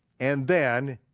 and then